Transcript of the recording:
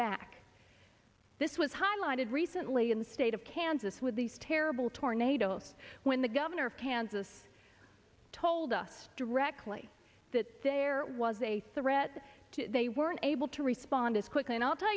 back this was highlighted recently in the state of kansas with these terrible tornadoes when the governor of kansas told us directly that there was a threat to they weren't able to respond as quickly and i'll tell